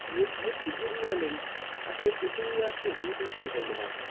প্রিয় সাহিত্যিক যদি বলেন তাহলে প্রথমেই আসছে বিভূতিভূষণ বন্দ্যোপাধ্যায়